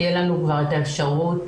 היום אנחנו ערוכים יותר טוב.